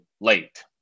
late